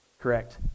Correct